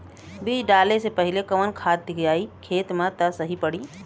बीज डाले से पहिले कवन खाद्य दियायी खेत में त सही पड़ी?